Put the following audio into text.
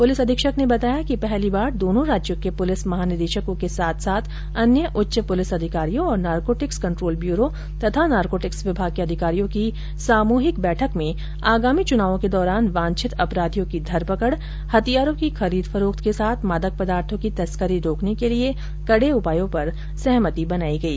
police अधीक्षक ने बताया कि पहली बार दोनों राज्यों के पुलिस महानिदेशकों के साथ साथ अन्य उच्च पुलिस अधिकारियों और नारकोटिक्स कंट्रोल ब्यूरो तथा नारकोटिक्स विभाग के अधिकारियों की हुई सामूहिक बैठक में आगामी चुनावों के दौरान वांछित अपराधियों की धरपकड़ हथियारों की खरीद फरोख्त के साथ मादक पदार्थो की तस्करी रोकने के लिए कड़े उपायों पर सहमति बनाई गई